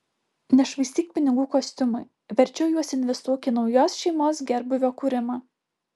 nešvaistyk pinigų kostiumui verčiau juos investuok į naujos šeimos gerbūvio kūrimą